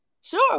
Sure